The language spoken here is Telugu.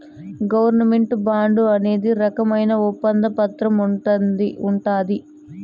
గవర్నమెంట్ బాండు అనేది రకమైన ఒప్పంద పత్రంగా ఉంటది